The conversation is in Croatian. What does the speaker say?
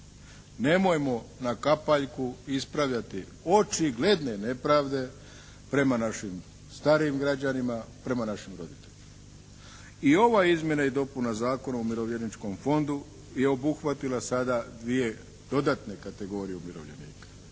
Nemojmo na kapaljku ispravljati očigledne nepravde prema našim starijim građanima, prema našim roditeljima. I ova izmjena i dopuna Zakona o umirovljeničkom fondu je obuhvatila sada dvije dodatne kategorije umirovljenika.